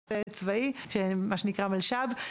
לשירות צבאי, מה שנקרא מלש"ב.